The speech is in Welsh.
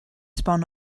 sbon